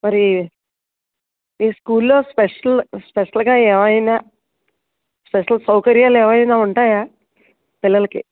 మరి ఈ స్కూల్లో స్పెషల్ స్పెషల్గా ఏవైనా స్పెషల్ సౌకర్యాలు ఏవైనా ఉంటాయా పిల్లలకి